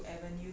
!wah!